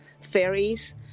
ferries